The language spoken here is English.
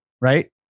right